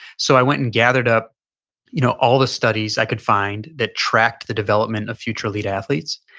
so i went and gathered up you know all the studies i could find that track, the development of future lead athletes.